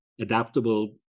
adaptable